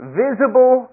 visible